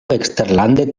eksterlande